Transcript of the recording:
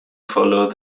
follow